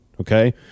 Okay